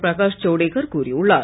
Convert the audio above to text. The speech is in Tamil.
பிரகாஷ் ஜவடேகர் கூறியுள்ளார்